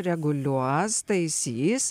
reguliuos taisys